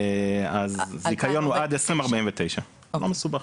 אז הזיכיון הוא עד 2049. לא מסובך.